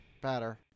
Better